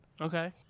Okay